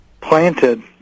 planted